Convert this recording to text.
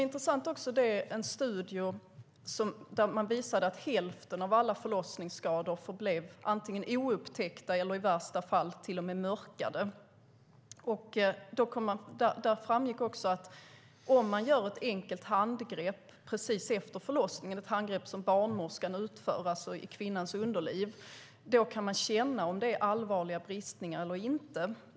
Intressant är också en studie som visar att hälften av alla förlossningsskador antingen förblev oupptäckta eller i värsta fall till och med blev mörkade. Där framgick det att om man gör ett enkelt handgrepp precis efter förlossningen, ett handgrepp som barnmorskan gör i kvinnans underliv, kan man känna om det är allvarliga bristningar eller inte.